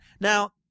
Now